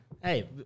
hey